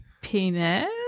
Penis